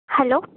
hello